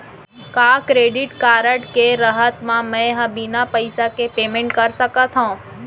का credit card के रहत म, मैं ह बिना पइसा के पेमेंट कर सकत हो?